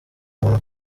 muntu